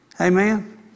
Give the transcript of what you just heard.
Amen